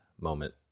moment